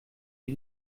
die